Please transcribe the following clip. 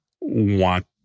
want